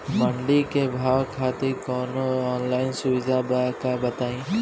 मंडी के भाव खातिर कवनो ऑनलाइन सुविधा बा का बताई?